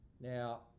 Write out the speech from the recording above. Now